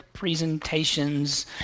Presentations